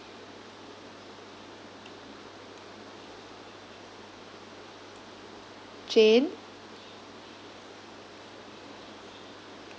jane